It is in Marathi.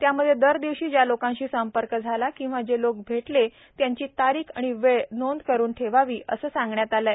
त्यामध्ये दरदिवशी ज्या लोकांशी संपर्क झाला किंवा जे लोक भेटले त्यांची तारिख आणि वेळ नोंद करून ठेवावी असं सांगण्यात आलं आहे